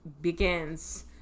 begins